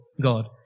God